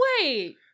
wait